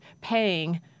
paying